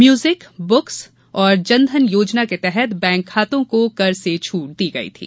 music books और जनधन योजना को तहत बैंक खातों को कर से छूट दी गई थी